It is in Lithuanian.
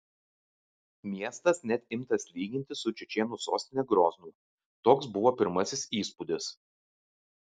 miestas net imtas lyginti su čečėnų sostine groznu toks buvo pirmasis įspūdis